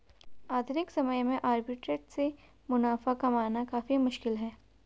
आधुनिक समय में आर्बिट्रेट से मुनाफा कमाना काफी मुश्किल है